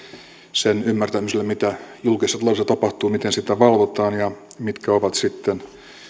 sen ymmärtämiseksi mitä julkisessa taloudessa tapahtuu miten sitä valvotaan ja mitkä ovat sitten